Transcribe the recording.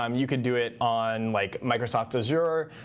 um you could do it on like microsoft azure.